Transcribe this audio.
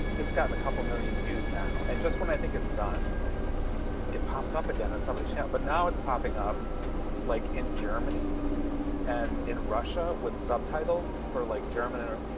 it's gotten a couple million views now and just when i think it's done it pops up again and somebody sent but now it's popping up like in germany and in russia with subtitles for like german inner.